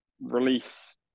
release